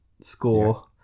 score